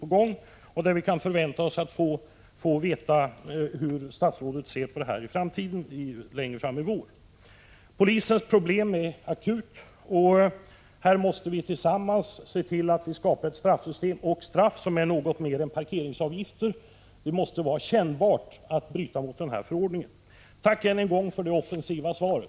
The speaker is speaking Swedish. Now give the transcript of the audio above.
Vi kan alltså litet längre fram i vår få veta hur statsrådet ser på denna fråga. Polisens problem är akut, och vi måste skapa ett straffsystem som innebär att straffet blir mer än bara parkeringsavgifter. Det måste vara kännbart att bryta mot förordningen. Tack än en gång för det offensiva svaret.